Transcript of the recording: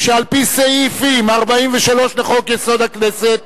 על-פי סעיף 43 לחוק-יסוד: הכנסת,